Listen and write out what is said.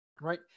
right